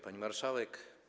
Pani Marszałek!